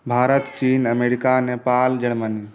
भारत चीन America Nepal Germany